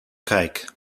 cake